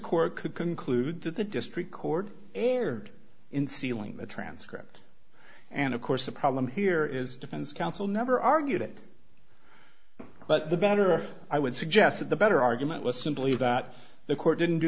court could conclude that the district court erred in sealing the transcript and of course the problem here is defense counsel never argued it but the better i would suggest that the better argument was simply that the court didn't do